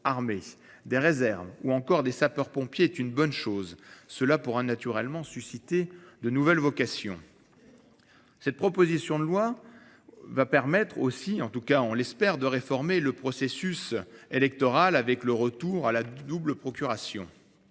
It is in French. armées. Des réserves ou encore des sapeurs-pompiers est une bonne chose. Cela pourra naturellement susciter de nouvelles vocations. Cette proposition de loi va permettre aussi, en tout cas on l'espère, de réformer le processus électoral avec le retour à la double procuration.